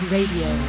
Radio